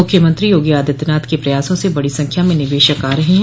मुख्यमंत्री योगी आदित्यनाथ के प्रयासों से बड़ी संख्या में निवेशक आ रहे हैं